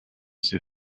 ces